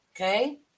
Okay